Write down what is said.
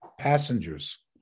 passengers